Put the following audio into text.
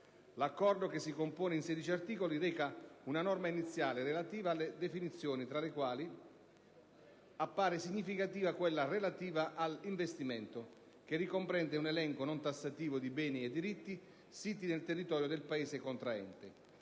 L'Accordo, che si compone di 16 articoli, reca una norma iniziale relativa alle definizioni, tra le quali appare significativa quella relativa all'«investimento», che ricomprende un elenco, non tassativo, di beni e diritti siti nel territorio del Paese contraente.